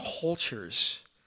cultures